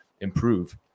improve